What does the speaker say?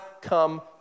come